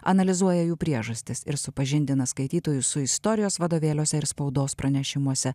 analizuoja jų priežastis ir supažindina skaitytojus su istorijos vadovėliuose ir spaudos pranešimuose